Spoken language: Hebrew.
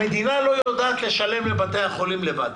המדינה לא יודעת לשלם לבתי החולים לבד,